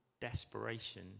desperation